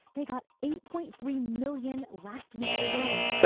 they got eight point three million last week alone.